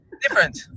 different